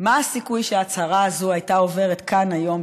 מה הסיכוי שההצהרה הזאת הייתה עוברת כאן היום,